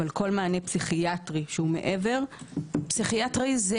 כל מענה פסיכיאטרי שהוא מעבר- -- שירות פסיכיאטרי זה